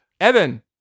Evan